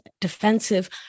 defensive